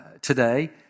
today